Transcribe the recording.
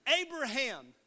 Abraham